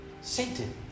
Satan